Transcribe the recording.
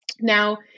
Now